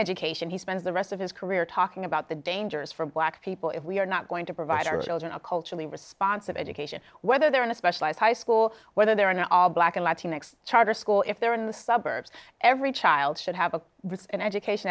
education he spends the rest of his career talking about the dangers for black people if we are not going to provide a religion a culturally responsive education whether they're in a specialized high school whether they're in a black and latino charter school if they're in the suburbs every child should have a an education